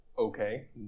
Okay